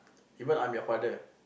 even I'm your father